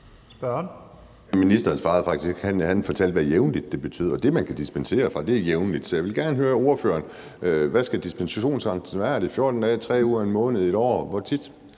Ministeren svarede faktisk ikke. Han fortalte, hvad jævnligt betyder, og det, man kan dispensere fra, er det med jævnligt. Så jeg vil gerne høre ordføreren: Hvad skal dispensationsgrænsen være? Er det 14 dage, 3 uger, 1 måned, 1 år? Hvor tit?